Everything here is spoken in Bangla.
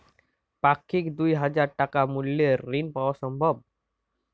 পাক্ষিক দুই হাজার টাকা মূল্যের ঋণ পাওয়া সম্ভব?